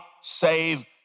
save